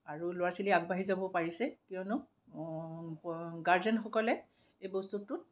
আৰু ল'ৰা ছোৱালী আগবাঢ়ি যাব পাৰিছে কিয়নো গাৰ্জেনসকলে এই বস্তুটোত